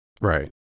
Right